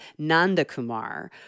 Nandakumar